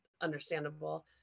understandable